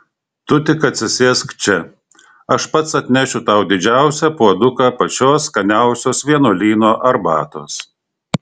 tu tik atsisėsk čia aš pats atnešiu tau didžiausią puoduką pačios skaniausios vienuolyno arbatos